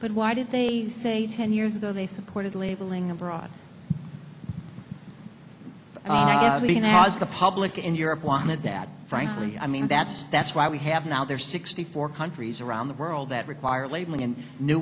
but why did they say ten years ago they supported labeling a broad bean as the public in europe wanted that frankly i mean that's that's why we have now there sixty four countries around the world that require labeling and new